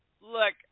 Look